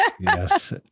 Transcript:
Yes